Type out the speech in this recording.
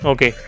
Okay